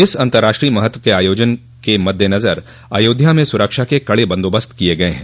इस अर्न्तराष्ट्रीय महत्व के आयोजन के मददेनजर अयोध्या में सुरक्षा के कड़े बंदोबस्त किये गये हैं